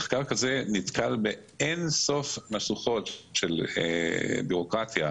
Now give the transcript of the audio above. מחקר כזה נתקל באין סוף משוכות של בירוקרטיה,